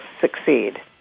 succeed